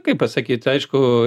kaip pasakyt aišku